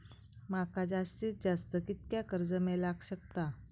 माका जास्तीत जास्त कितक्या कर्ज मेलाक शकता?